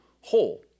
whole